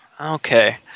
Okay